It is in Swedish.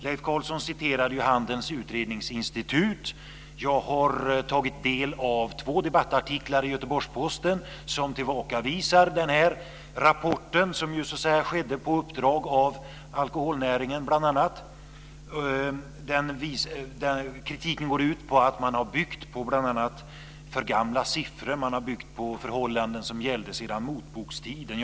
Leif Carlson citerade ju Handelns Utredningsinstitut. Jag har tagit del av två debattartiklar i Göteborgs-Posten som tillbakavisar Handelns Utredningsinstituts rapport, vilken gjordes på uppdrag av alkoholnäringen bl.a. Kritiken går ut på att rapporten bygger på bl.a. för gamla siffror och på förhållanden som gällde vid motbokstiden.